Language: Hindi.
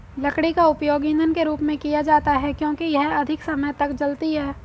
लकड़ी का उपयोग ईंधन के रूप में किया जाता है क्योंकि यह अधिक समय तक जलती है